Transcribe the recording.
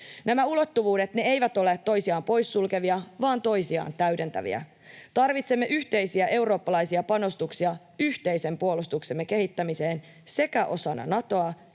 Nämä ulottuvuudet, ne eivät ole toisiaan poissulkevia vaan toisiaan täydentäviä. Tarvitsemme yhteisiä eurooppalaisia panostuksia yhteisen puolustuksemme kehittämiseen sekä osana Natoa